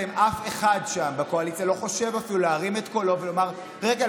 אף אחד שם בקואליציה לא חושב אפילו להרים את קולו ולומר: רגע,